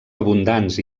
abundants